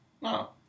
no